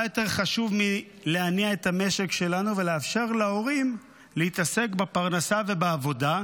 מה יותר חשוב מלהניע את המשק שלנו ולאפשר להורים להתעסק בפרנסה ובעבודה?